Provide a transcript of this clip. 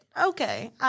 Okay